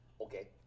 okay